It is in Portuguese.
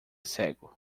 cego